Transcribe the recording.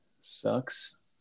sucks